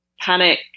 panic